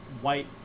white